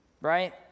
right